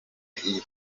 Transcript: iyo